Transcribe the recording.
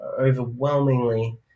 overwhelmingly